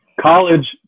college